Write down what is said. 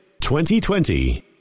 2020